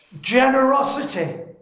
generosity